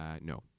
no